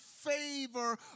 favor